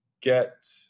get